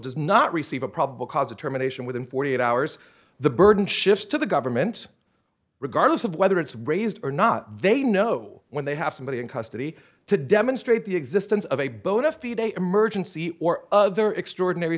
does not receive a probable cause determination within forty eight hours the burden shifts to the government regardless of whether it's raised or not they know when they have somebody in custody to demonstrate the existence of a bona fide a emergency or other extraordinary